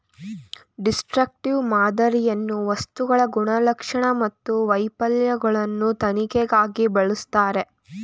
destructive ಮಾದರಿಯನ್ನು ವಸ್ತುಗಳ ಗುಣಲಕ್ಷಣ ಮತ್ತು ವೈಫಲ್ಯಗಳ ತನಿಖೆಗಾಗಿ ಬಳಸ್ತರೆ